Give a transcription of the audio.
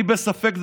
אני בספק,